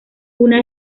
una